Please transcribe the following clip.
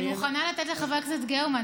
אני מוכנה לתת לחברת הכנסת גרמן,